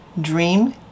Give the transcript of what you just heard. dream